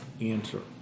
Answer